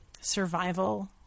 survival